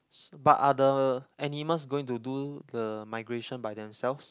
but are the animals going to do the migration by themselves